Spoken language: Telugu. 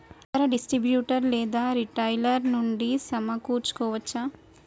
ఇతర డిస్ట్రిబ్యూటర్ లేదా రిటైలర్ నుండి సమకూర్చుకోవచ్చా?